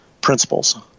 principles